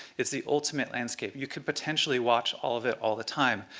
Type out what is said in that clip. it's the ultimate landscape. you could potentially watch all of it all the time.